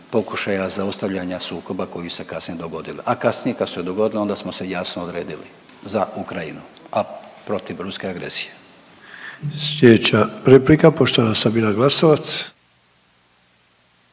pokušaja zaustavljanja sukoba koji se kasnije dogodio. A kasnije kad se dogodilo onda smo se jasno odredili za Ukrajinu, a protiv ruske agresije. **Sanader, Ante (HDZ)** Slijedeća replika, poštovana Sabina Glasovac.